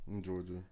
Georgia